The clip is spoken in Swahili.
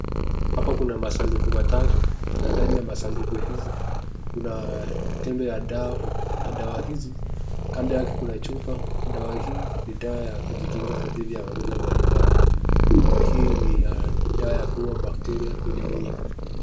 Hapa kuna masaduku matatu na ndani ya masaduku kuna tempe ya dawa na dawa hizi kando yake kuna chupa, dawa ya kujikinga dhidi ya magonjwa mbalimbali dawa hii ni ya kuuwa bakteria kwenye mwili.